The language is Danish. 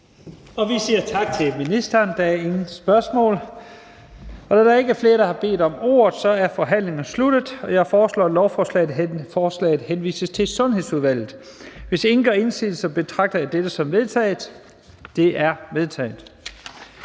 Jensen): Tak til ministeren. Der er ingen spørgsmål. Da der ikke er flere, der har bedt om ordet, er forhandlingen sluttet. Jeg foreslår, at lovforslaget henvises til Sundhedsudvalget. Hvis ingen gør indsigelse, betragter jeg dette som vedtaget. Det er vedtaget.